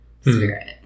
spirit